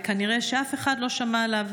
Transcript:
וכנראה שאף אחד לא שמע עליו.